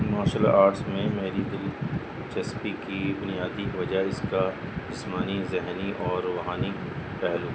martial arts میں میری دلچسپی کی بنیادی وجہ اس کا جسمانی ذہنی اور روحانی پہلو